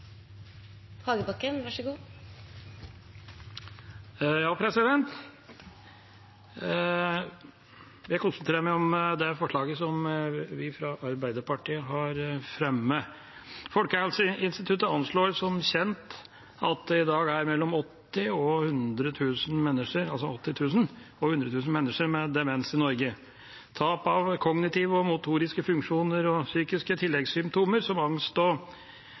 kjent at det i dag er mellom 80 000 og 100 000 mennesker med demens i Norge. Tap av kognitive og motoriske funksjoner og psykiske tilleggssymptomer som angst og